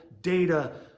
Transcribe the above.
data